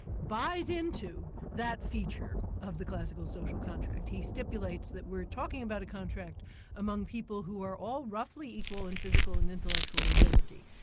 buys into that feature of the classical social contract. he stipulates that we're talking about a contract among people who are all roughly equal in physical and mental actual ability,